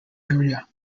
area